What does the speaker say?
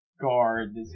guard